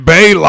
Bay